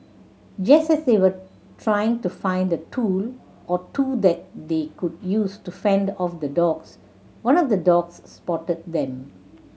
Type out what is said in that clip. just as they were trying to find a tool or two that they could use to fend off the dogs one of the dogs spotted them